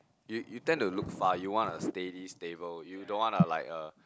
you you tend to look far you want a steady stable you don't want a like a